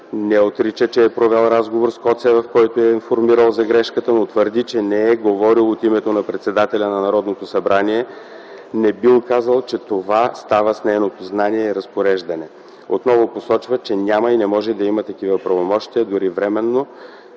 не отрича, че е провел разговор с Коцева, в който я е информирал за грешката, но твърди, че не е говорил от името на председателя на Народното събрание, не бил казвал, че това става с нейното знание и разпореждане. Отново посочва, че няма и не може да има такива правомощия дори временно,